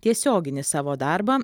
tiesioginį savo darbą